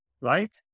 right